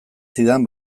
zidan